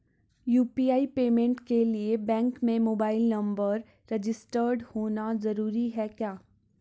UPI payment के लिए bank में मोबाइल नंबर रजिस्टर्ड होना जरूरी है क्या?